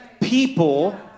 people